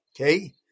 Okay